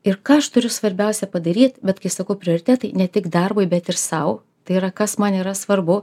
ir ką aš turiu svarbiausia padaryt bet kai sakau prioritetai ne tik darbui bet ir sau tai yra kas man yra svarbu